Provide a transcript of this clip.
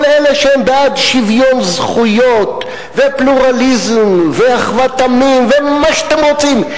כל אלה שהם בעד שוויון זכויות ופלורליזם ואחוות עמים ומה שאתם רוצים,